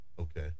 Okay